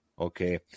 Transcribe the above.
okay